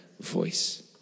voice